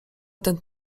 ten